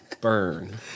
Burn